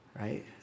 right